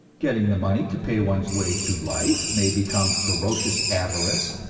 getting the money to pay one's way through life may become ferocious avarice.